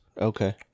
Okay